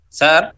sir